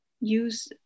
use